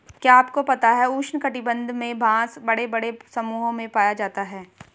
क्या आपको पता है उष्ण कटिबंध में बाँस बड़े बड़े समूहों में पाया जाता है?